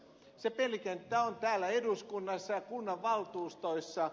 se pelikenttä on täällä eduskunnassa kunnanvaltuustoissa